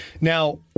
Now